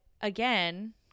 again